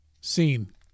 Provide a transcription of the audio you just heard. seen